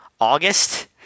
August